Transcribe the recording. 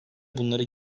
bunları